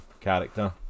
character